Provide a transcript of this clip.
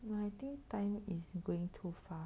no I think time is going too fast